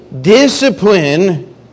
discipline